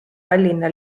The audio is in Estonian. tallinna